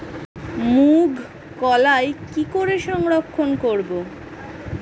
মুঘ কলাই কি করে সংরক্ষণ করব?